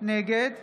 נגד